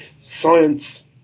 science